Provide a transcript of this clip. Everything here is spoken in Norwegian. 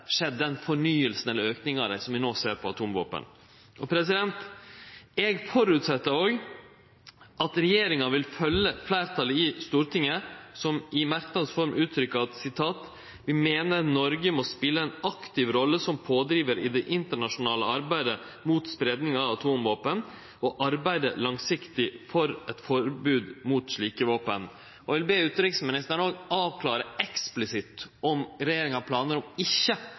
skjedd den fornyinga og auken av dei som vi no ser når det gjeld atomvåpen. Eg føreset òg at regjeringa vil følgje fleirtalet i Stortinget, som i merknadsform uttrykkjer: «mener Norge må spille en aktiv rolle som pådriver i det internasjonale arbeidet mot spredning av atomvåpen og arbeide langsiktig for et forbud mot slike våpen.» Eg vil be utanriksministeren òg avklare eksplisitt om regjeringa har planar om ikkje